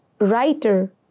Writer